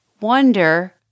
wonder